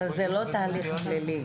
אבל זה לא תהליך פלילי.